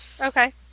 Okay